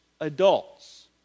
adults